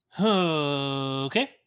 Okay